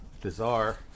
bizarre